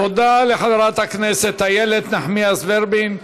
תודה רבה לחברת הכנסת איילת נחמיאס ורבין.